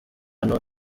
impano